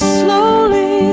slowly